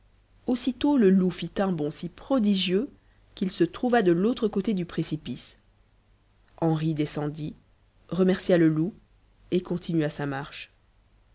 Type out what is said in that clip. aussitôt le loup fit un bond si prodigieux qu'il se trouva de l'autre côté du précipice henri descendit remercia le loup et continua sa marche